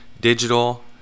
Digital